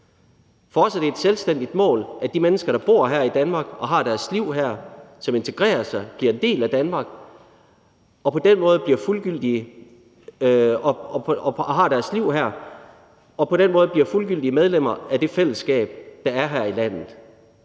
For os er det et selvstændigt mål, at de mennesker, der bor her i Danmark, som integrerer sig, bliver en del af Danmark og lever deres liv her, for på den måde bliver de fuldgyldige medlemmer af det fællesskab, der er her i landet.